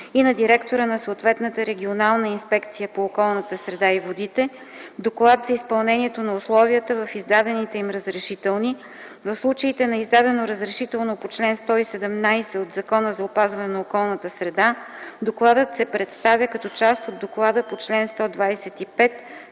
и на директора на съответната регионална инспекция по околната среда и водите, доклад за изпълнението на условията в издадените им разрешителни; в случаите на издадено разрешително по чл. 117 от Закона за опазване на околната среда докладът се представя като част от доклада по чл. 125,